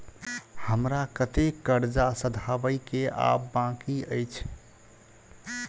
हमरा कतेक कर्जा सधाबई केँ आ बाकी अछि?